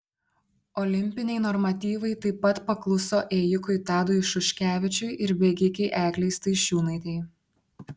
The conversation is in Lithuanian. olimpiniai normatyvai taip pat pakluso ėjikui tadui šuškevičiui ir bėgikei eglei staišiūnaitei